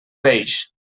peix